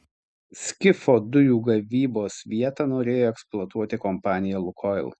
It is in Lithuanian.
skifo dujų gavybos vietą norėjo eksploatuoti kompanija lukoil